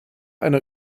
einer